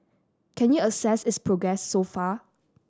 can you assess its progress so far